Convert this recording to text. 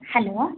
hello